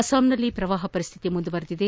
ಅಸ್ಸಾಂನಲ್ಲಿ ಪ್ರವಾಹ ಪರಿಸ್ಥಿತಿ ಮುಂದುವರೆದಿದೆ